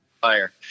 Fire